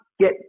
get